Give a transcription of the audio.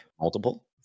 Multiple